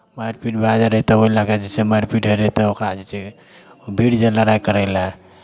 मारि पीट भए जाइत रहै तऽ ओहि लऽ कऽ जे छै मारि पीट होइत रहै तऽ ओकरा जे छै भिर जाय लड़ाइ करय लए